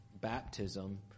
baptism